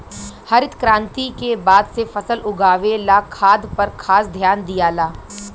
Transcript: हरित क्रांति के बाद से फसल उगावे ला खाद पर खास ध्यान दियाला